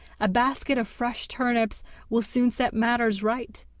a basket of fresh turnips will soon set matters right,